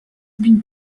been